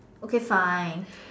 okay fine